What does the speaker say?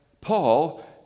Paul